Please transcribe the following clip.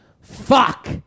Fuck